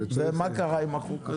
ומה קרה עם החוק הזה?